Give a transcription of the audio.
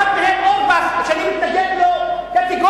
ואחד מהם הוא אורבך, שאני מתנגד לו קטגורית.